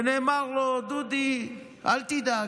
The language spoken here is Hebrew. נאמר לו: דודי, אל תדאג,